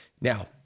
now